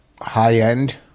high-end